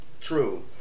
True